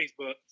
Facebook